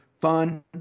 fun